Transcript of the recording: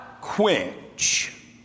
quench